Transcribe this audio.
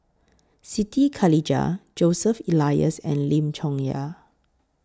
Siti Khalijah Joseph Elias and Lim Chong Yah